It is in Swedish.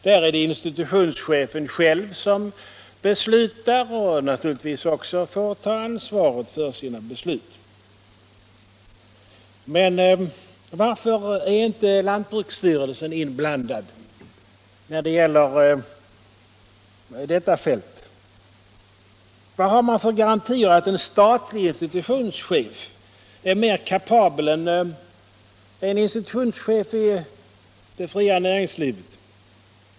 Där är det institutionschefen själv som beslutar och naturligtvis också får ta ansvaret för sina beslut. Men varför är inte lantbruksstyrelsen in blandad när det gäller detta fält? Vad har man för garantier för att en statlig institutionschef är mer kapabel än en institutionschef i det fria näringslivet?